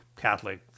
Catholic